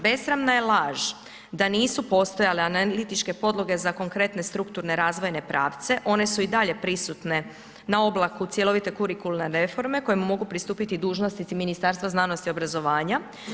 Besramna je laž da nisu postojale analitičke podloge za konkretne strukturne razvojne pravce, one su i dalje prisutne na oblaku cjelovite Kurikularne reforme kojem mogu pristupiti dužnosnici Ministarstva znanosti i obrazovanja.